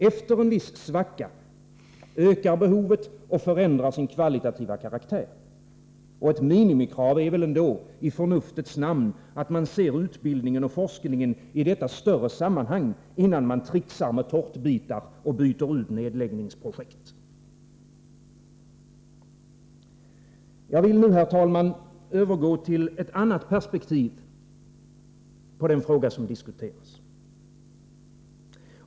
Efter en viss svacka ökar behovet och förändrar sin kvalitativa karaktär. Ett minimikrav är väl ändå, i förnuftets namn, att man ser utbildningen och forskningen i detta större sammanhang, innan man tricksar med tårtbitar och byter ut nedläggningsprojekt. Jag vill nu, herr talman, övergå till ett annat perspektiv på den fråga som diskuteras.